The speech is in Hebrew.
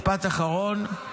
משפט אחרון.